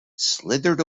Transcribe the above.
slithered